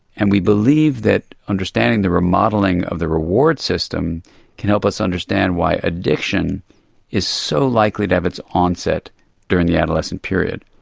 and we believe that understanding the remodelling of the reward system can help us understand why addiction is so likely to have its onset during the adolescent period.